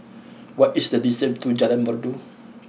what is the distance to Jalan Merdu